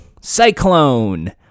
Cyclone